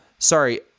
Sorry